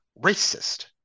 racist